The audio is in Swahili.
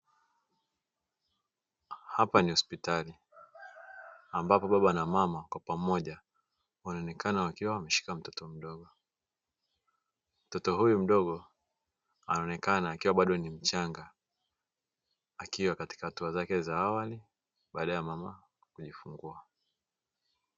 Hapa ni hospitali ambapo baba na mama kwa pamoja wanaonekana wakiwa wameshika mtoto mdogo. Mtoto huyu mdogo anaonekana akiwa bado ni mchanga, akiwa katika hatua zake za awali baada ya mama kujifungua.